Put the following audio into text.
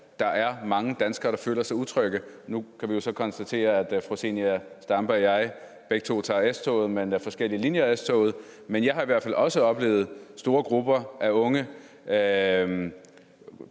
der er mange danskere, der føler sig utrygge. Nu kan vi jo så konstatere, at fru Zenia Stampe og jeg begge to tager S-tog, men forskellige linjer, og jeg har i hvert fald også oplevet store grupper af unge